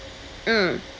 mm